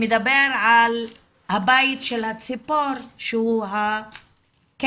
שמדבר על הבית של הציפור שהוא הקן,